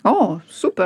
o super